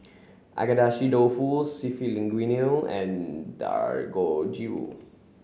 Agedashi Dofu Seafood Linguine and Dangojiru